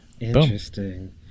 Interesting